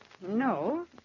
No